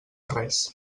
res